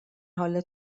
حال